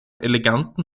eleganten